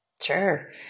Sure